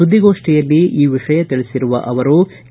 ಸುದ್ದಿಗೋಷ್ಠಿಯಲ್ಲಿ ಈ ವಿಷಯ ತಿಳಿಸರುವ ಅವರು ಕೆ